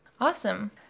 Awesome